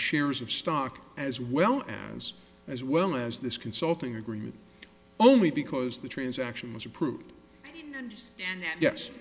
shares of stock as well as as well as this consulting agreement only because the transaction was approved